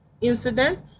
incident